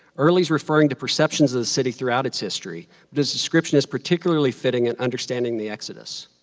early's referring to perceptions of the city throughout its history but his description is particularly fitting in understanding the exodus.